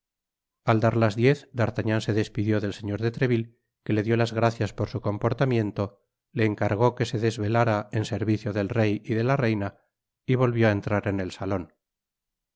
dar las diez d'artagnan se despidió del señor de treville que le dió las gracias por su comportamiento le encargó que se desvelára en servicio del rey y de la reina y volvió á entrar en el salon